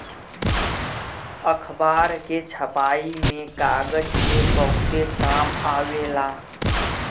अखबार के छपाई में कागज के बहुते काम आवेला